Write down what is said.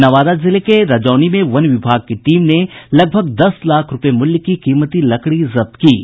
नवादा जिले के रजौली में वन विभाग की टीम ने लगभग दस लाख रुपये मूल्य की कीमती लकड़ी जब्त की है